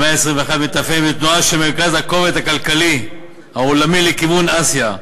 המאה ה-21 מתאפיינת בתנועה של מרכז הכובד הכלכלי העולמי לכיוון אסיה,